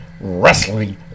Wrestling